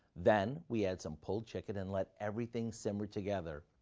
then, we add some pulled-chicken and let everything simmer together.